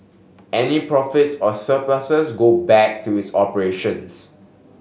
any profits or surpluses go back to its operations